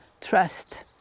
trust